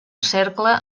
cercle